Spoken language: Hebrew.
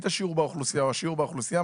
השיעור באוכלוסייה או השיעור האוכלוסייה,